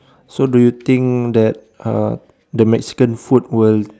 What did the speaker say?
so do you think that uh the Mexican food will